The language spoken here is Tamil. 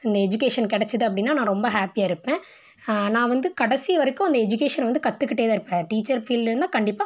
அந்த எஜுகேஷன் கெடைச்சிது அப்படின்னா நான் ரொம்ப ஹேப்பியாக இருப்பேன் நான் வந்து கடைசி வரைக்கும் அந்த எஜுகேஷனை வந்து கற்றுக்கிட்டே தான் இருப்பேன் டீச்சர் ஃபீல்டில் இருந்தால் கண்டிப்பாக